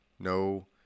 no